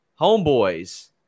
Homeboys